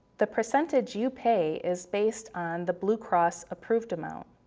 the percentage you pay is based on the blue cross approved amount.